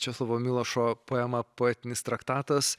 česlovo milošo poemą poetinis traktatas